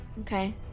Okay